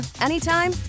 anytime